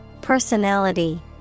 Personality